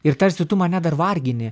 ir tarsi tu mane dar vargini